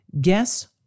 guess